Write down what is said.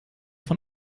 von